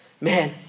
man